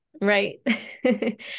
Right